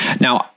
Now